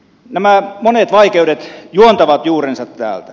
nämä monet vaikeudet juontavat juurensa täältä